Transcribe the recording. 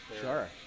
Sure